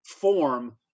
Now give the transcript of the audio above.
form